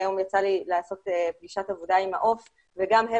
היום יצא לי לעשות פגישת עבודה עם מעו"ף וגם הם